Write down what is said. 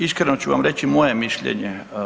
Iskreno ću vam reći svoje mišljenje.